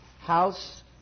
House